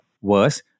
Worse